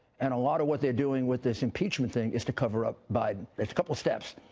and a lot of what they are doing with this impeachment thing is to cover up biden. a couple of steps.